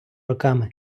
роками